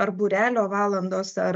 ar būrelio valandos ar